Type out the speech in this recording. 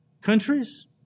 countries